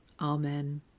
Amen